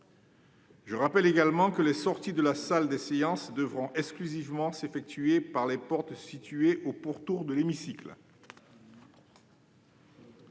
Je rappelle également que les sorties de la salle des séances devront exclusivement s'effectuer par les portes situées au pourtour de l'hémicycle.